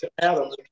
Adam